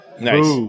Nice